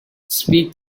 speak